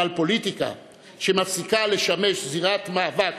אבל פוליטיקה שמפסיקה לשמש זירת מאבק